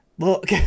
Look